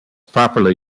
properly